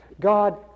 God